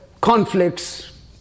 conflicts